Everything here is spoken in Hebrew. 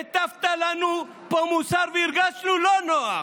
הטפת לנו פה מוסר והרגשנו לא נוח.